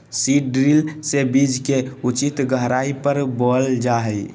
seed drill से बीज के उचित गहराई पर बोअल जा हइ